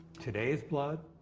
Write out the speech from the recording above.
today's blood,